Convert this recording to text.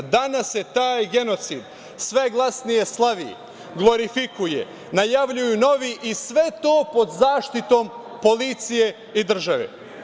Danas se taj genocid sve glasnije slavi, glorifikuje, najavljuju novi i sve to pod zaštitom policije i države.